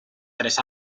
tres